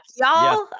y'all